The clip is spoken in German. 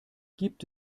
gibt